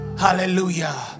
Hallelujah